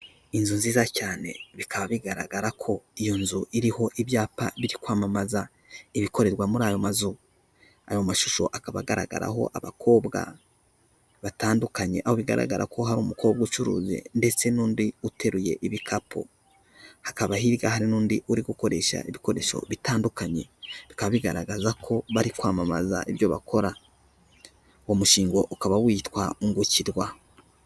Inzu nziza cyane, bikaba bigaragara ko iyo nzu iriho ibyapa biri kwamamaza ibikorerwa muri ayo mazu. Ayo mashusho akaba agaragaraho abakobwa batandukanye, aho bigaragara ko hari umukobwa ucuruza ndetse n'undi uteruye ibikapu, hakaba hirya hari n'undi uri gukoresha ibikoresho bitandukanye, bikaba bigaragaza ko bari kwamamaza ibyo bakora. Uwo mushinga ukaba witwa ungukirwa.